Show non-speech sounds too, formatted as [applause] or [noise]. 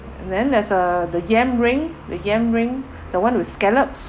and then there's a the yam ring the yam ring [breath] the one with scallops